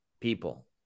people